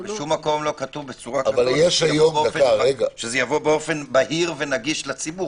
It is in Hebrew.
אבל בשום מקום לא כתוב בצורה כזאת שזה יבוא באופן בהיר ונגיש לציבור.